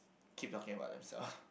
keep talking about themselves